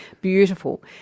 beautiful